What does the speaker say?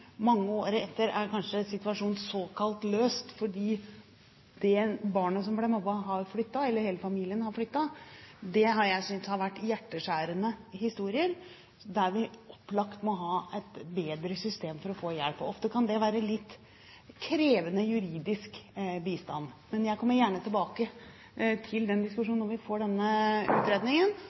mange år etter er kanskje situasjonen såkalt løst fordi det barnet som ble mobbet, har flyttet, eller hele familien har flyttet – har jeg syntes det har vært hjerteskjærende historier, og vi må opplagt ha et bedre system for å gi hjelp. Ofte kan det være litt krevende juridisk bistand. Men jeg kommer gjerne tilbake til den diskusjonen når vi får denne utredningen.